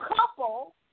couple